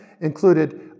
included